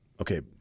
okay